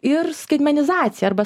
ir skaitmenizaciją arba